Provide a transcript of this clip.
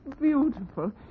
Beautiful